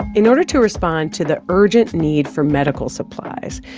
in order to respond to the urgent need for medical supplies,